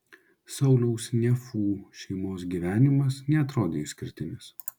sauliaus nefų šeimos gyvenimas neatrodė išskirtinis